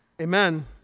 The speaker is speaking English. Amen